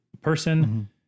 person